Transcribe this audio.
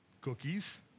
cookies